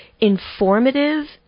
informative